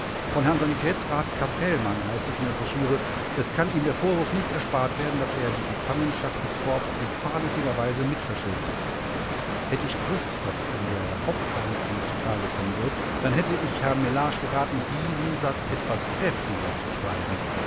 von herrn sanitätsrat capellmann heißt es in der broschüre es kann ihm der vorwurf nicht erspart werden daß er die gefangenschaft des forbes in fahrlässiger weise mitverschuldet hat hätte ich gewußt was in der hauptverhandlung zutage kommen wird dann hätte ich herrn mellage geraten diesen satz etwas kräftiger zu schreiben